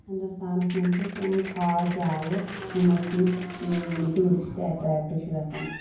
ہِنٛدوستانَس منٛز چھِ تِم خاص جایہِ یِمو سۭتۍ ٹیٛوٗرِسٹ ایٹریکٹ چھِ گژھان